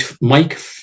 mike